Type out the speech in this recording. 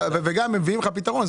וגם מביאים לך פתרון,